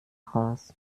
raus